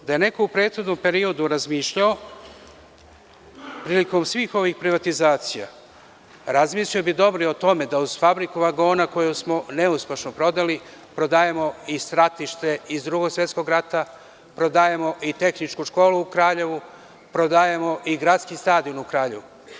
Da je neko u prethodnom periodu razmišljao prilikom svih ovih privatizacija, razmislio bi dobro i o tome da uz „Fabriku vagona“, koju smo neuspešno prodali, prodajemo i stratište iz Drugog svetskog rata, prodajemo i tehničku školu u Kraljevu, prodajemo i gradski stadion u Kraljevu.